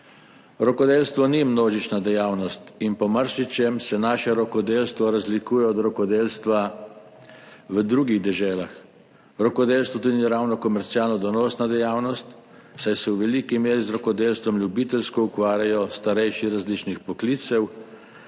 Rokodelstvo ni množična dejavnost in po marsičem se naše rokodelstvo razlikuje od rokodelstva v drugih deželah. Rokodelstvo tudi ni ravno komercialno donosna dejavnost, saj se v veliki meri z rokodelstvom ljubiteljsko ukvarjajo starejši različnih poklicev,